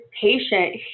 patient